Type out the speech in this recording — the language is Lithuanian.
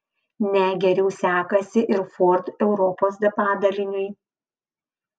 ne geriau sekasi ir ford europos padaliniui